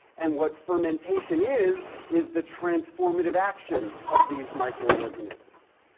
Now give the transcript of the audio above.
and what fermentation is, is the transformative action of these microorganisms.